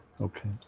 Okay